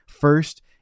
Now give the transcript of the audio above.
First